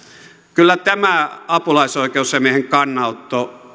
kyllä tämä apulaisoikeusasiamiehen kannanotto